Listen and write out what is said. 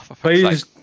Please